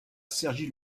cergy